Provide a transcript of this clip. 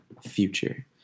future